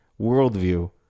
worldview